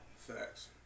Facts